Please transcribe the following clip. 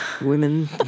Women